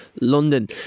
London